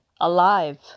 alive